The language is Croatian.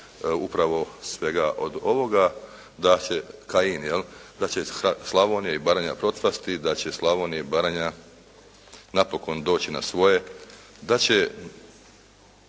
Kajin, je li, da će Slaovnija i Baranja procvasti, da će Slavonija i Baranja napokon doći na svoje. Da će